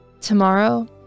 Tomorrow